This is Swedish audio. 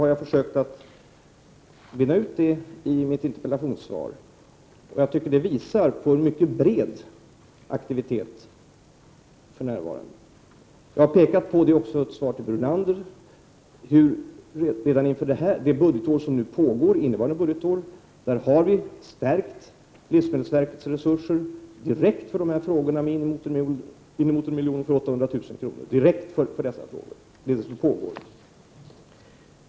Jag har försökt att bena ut de frågeställningarna i mitt interpellationssvar. Jag tycker att svaret visar på en mycket bred aktivitet för närvarande. Jag har pekat på — det är också ett svar till Lennart Brunander — hur vi redan under innevarande budgetår har stärkt livsmedelsverkets resurser med inemot en miljon, ungefär 800 000 kr. Det är vad som pågår.